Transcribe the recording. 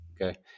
Okay